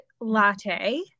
latte